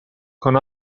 con